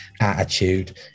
attitude